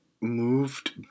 moved